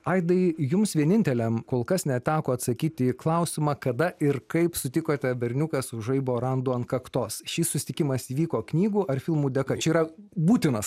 aidai jums vieninteliam kol kas neteko atsakyti į klausimą kada ir kaip sutikote berniuką su žaibo randu ant kaktos šis susitikimas įvyko knygų ar filmų dėka čia yra būtinas